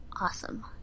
Awesome